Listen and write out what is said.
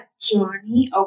Johnny